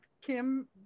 Kim